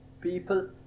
people